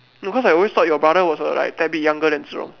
no cause I always thought your brother was a like tad bit younger than Zhi-Rong